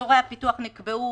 אזורי הפיתוח נקבעו